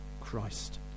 Christ